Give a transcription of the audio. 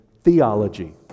theology